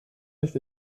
nicht